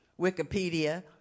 Wikipedia